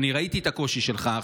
אני ראיתי את הקושי שלך.